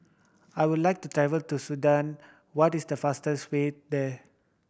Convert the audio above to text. I would like to tell to Sudan what is the fastest way there